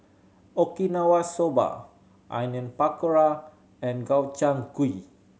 Okinawa Soba Onion Pakora and Gobchang Gui